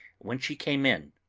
when she came in.